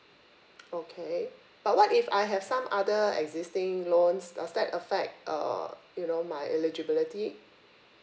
okay but what if I have some other existing loans does that affect uh you know my eligibility